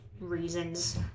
reasons